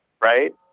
Right